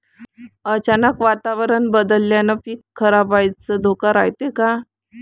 अचानक वातावरण बदलल्यानं पीक खराब व्हाचा धोका रायते का?